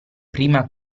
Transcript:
prima